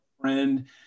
friend